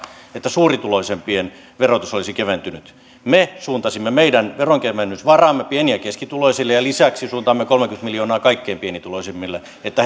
että suurituloisempien verotus olisi keventynyt me suuntasimme meidän veronkevennysvaramme pieni ja keskituloisille ja lisäksi suuntaamme kolmekymmentä miljoonaa kaikkein pienituloisimmille että